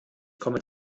komme